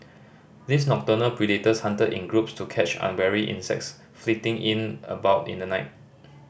these nocturnal predators hunted in groups to catch unwary insects flitting in about in the night